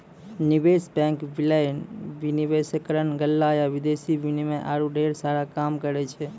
निवेश बैंक, विलय, विनिवेशकरण, गल्ला या विदेशी विनिमय आरु ढेरी काम करै छै